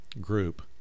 group